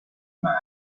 man